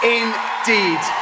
indeed